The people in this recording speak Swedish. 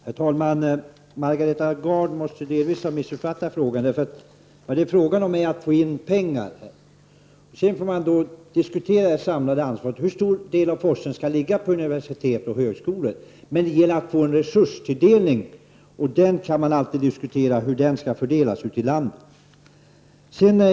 Herr talman! Margareta Gard måste delvis ha missuppfattat frågan. Det är fråga om att få in pengar. Sedan får man diskutera hur stor del av det samlade ansvaret som skall ligga på universitet och högskolor. Men det gäller att få en resurstilldelning, och det kan alltid diskuteras hur den skall fördelas ute i landet.